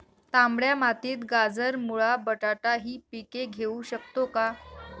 तांबड्या मातीत गाजर, मुळा, बटाटा हि पिके घेऊ शकतो का?